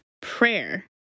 prayer